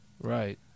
Right